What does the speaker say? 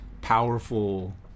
powerful